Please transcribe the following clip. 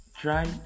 try